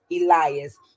Elias